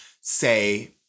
say